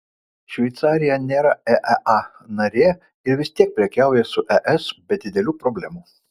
šveicarija nėra eea narė ir vis tiek prekiauja su es be didelių problemų